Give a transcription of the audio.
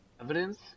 evidence